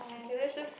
okay let's just